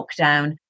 lockdown